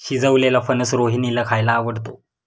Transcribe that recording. शिजवलेलेला फणस रोहिणीला खायला आवडतो